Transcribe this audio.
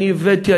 אני הבאתי,